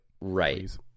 Right